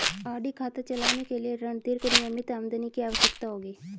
RD खाता चलाने के लिए रणधीर को नियमित आमदनी की आवश्यकता होगी